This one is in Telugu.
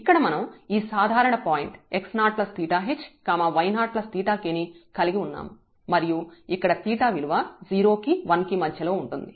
ఇక్కడ మనం ఈ సాధారణ పాయింట్ x0𝜃h y0𝜃k ని కలిగి ఉన్నాము మరియు ఇక్కడ 𝜃 విలువ 0 కి 1 కి మధ్యలో ఉంటుంది